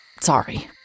Sorry